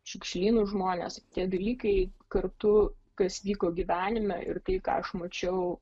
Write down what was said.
šiukšlynų žmonės tie dalykai kartu kas vyko gyvenime ir kai ką aš mačiau